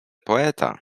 poeta